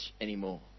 anymore